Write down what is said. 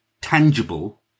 tangible